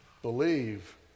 believe